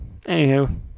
anywho